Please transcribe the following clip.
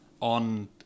on